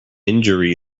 injury